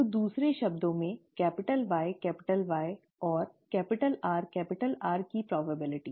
तो दूसरे शब्दों में YY और RR की संभावना